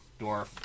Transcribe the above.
dwarf